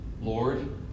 Lord